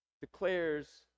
declares